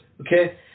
okay